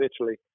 Italy